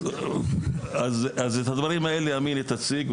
אז את הדברים האלה אמינה תציג.